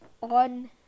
on